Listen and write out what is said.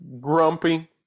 grumpy